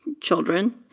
children